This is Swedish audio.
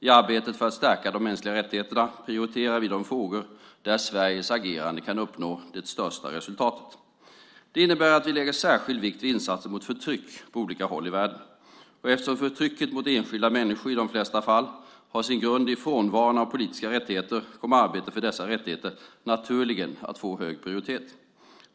I arbetet för att stärka de mänskliga rättigheterna prioriterar vi de frågor där Sveriges agerande kan uppnå det största resultatet. Det innebär att vi lägger särskild vikt vid insatser mot förtryck på olika håll i världen. Eftersom förtrycket mot enskilda människor i de flesta fall har sin grund i frånvaron av politiska rättigheter kommer arbetet för dessa rättigheter naturligen att få hög prioritet.